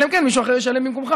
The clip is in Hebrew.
אלא אם כן מישהו אחר ישלם במקומך.